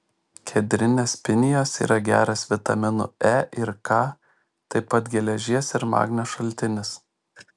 kedrinės pinijos yra geras vitaminų e ir k taip pat geležies ir magnio šaltinis